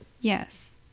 yes